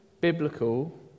biblical